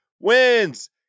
Wins